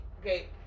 Okay